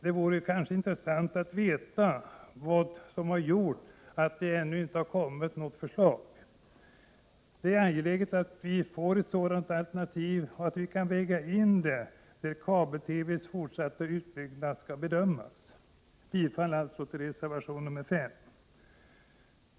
Det vore intressant att veta vad som har gjort att det ännu inte har kommit något förslag. Det är angeläget att ett sådant alternativ kan vägas in när kabel-TV:s fortsatta utbyggnad skall bedömas. Jag yrkar bifall till reservation 5.